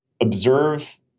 observe